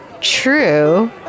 true